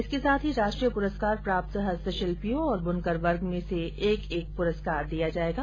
इसके साथ ही राष्ट्रीय पुरस्कार प्राप्त हस्तशिल्पियों और बुनकर वर्ग में से एक एक पुरस्कार दिया जाएगा